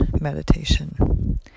meditation